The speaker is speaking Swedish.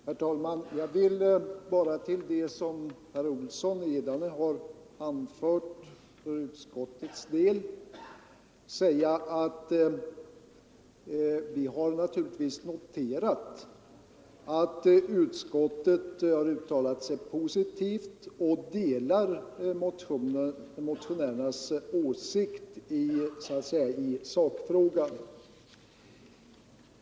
Herr talman! Jag vill bara till det som herr Olsson i Edane för utskottets del har anfört säga att vi har naturligtvis noterat att utskottet uttalat sig positivt och att utskottet delar motionärernas åsikt så att säga i sakfrågan.